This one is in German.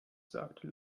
sagte